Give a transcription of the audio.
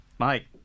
Mike